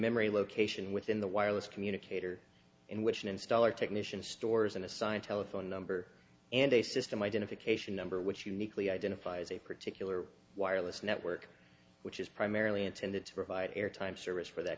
memory location within the wireless communicator in which an installer technician stores and assign telephone number and a system identification number which uniquely identifies a particular wireless network which is primarily intended to provide airtime service for that